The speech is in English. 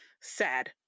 sad